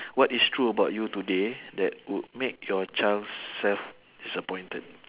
what is true about you today that would make your child self disappointed